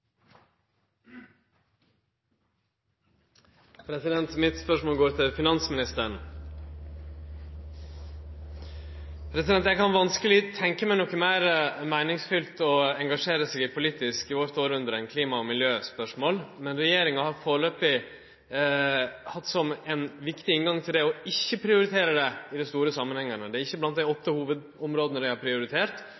mitt går til finansministeren. Eg kan vanskeleg tenkje meg noko meir meiningsfylt å engasjere meg i politisk i dette hundreåret vårt enn klima- og miljøspørsmål. Regjeringa har førebels hatt som ein viktig inngang til det ikkje å prioritere det i den store samanhengen. Det er